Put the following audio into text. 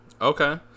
Okay